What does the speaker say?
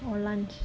or lunch